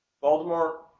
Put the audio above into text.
Baltimore